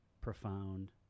profound